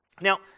Now